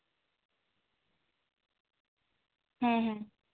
ᱦᱮᱸ ᱦᱮᱸ